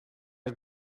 his